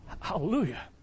Hallelujah